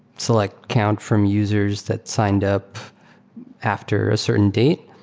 select count from users that signed up after a certain date,